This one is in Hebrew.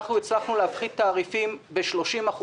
הצלחנו להפחית תעריפים ב-30%,